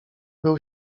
był